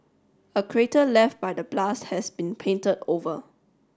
a crater left by the blast has been painted over